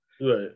Right